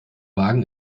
wagen